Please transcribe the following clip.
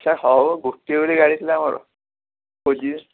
sir ହଉ ଗୋଟିଏ ବୋଲି ଗାଡ଼ି ଥିଲା ମୋର ଖୋଜିବେ